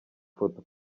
ifoto